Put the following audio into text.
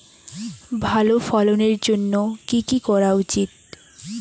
ভালো ফলনের জন্য কি কি করা উচিৎ?